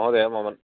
महोदय मम